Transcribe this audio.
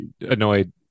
annoyed